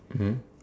mm